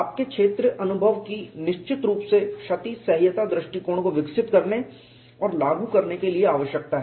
आपके क्षेत्र अनुभव की निश्चित रूप से क्षति सह्यता दृष्टिकोण को विकसित करने और लागू करने के लिए आवश्यकता है